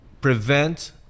prevent